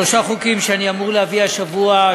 שלושה חוקים שאני אמור להביא השבוע,